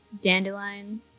dandelion